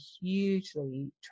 hugely